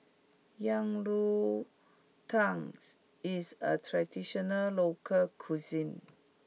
Yang Rou Tang is a traditional local cuisine